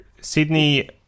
Sydney